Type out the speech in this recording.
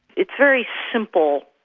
it's very simple,